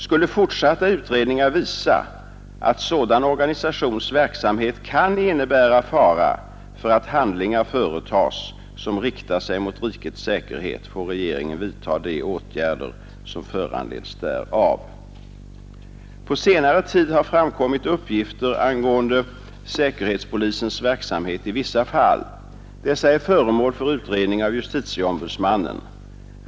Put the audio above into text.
Skulle fortsatta utredningar visa att sådan organisations verksamhet kan innebära fara för att handlingar företas som riktar sig På senare tid har framkommit uppgifter angående säkerhetspolisens Torsdagen den verksamhet i vissa fall. Dessa är föremål för utredning av justitieombuds 6 april 1972 mannen.